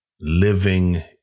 living